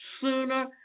sooner